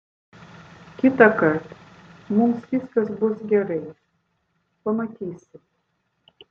kitąkart mums viskas bus gerai pamatysi